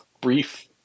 brief